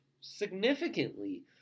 significantly